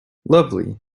lovely